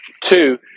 Two